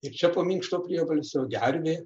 ir čia po minkšto priebalsio gervė